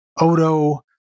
Odo